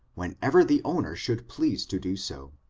whenever the owner should please to do so.